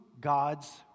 God's